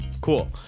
Cool